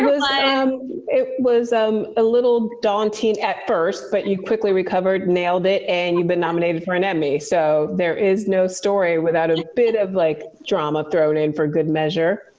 um um it was um a little daunting at first, but you quickly recovered, nailed it, and you've been nominated for an emmy. so there is no story without a bit of, like, drama thrown in for good measure.